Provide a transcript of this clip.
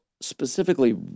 specifically